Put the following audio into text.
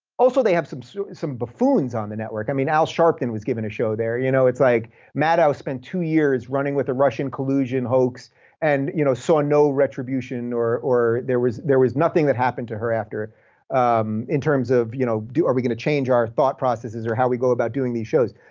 also they have some so some buffoons on the network. i mean al sharpton was given a show there. you know like maddow spent two years running with the russian collusion hoax and you know saw no retribution, or or there was there was nothing that happened to her after in terms of you know are we gonna change our thought processes or how we go about doing these shows?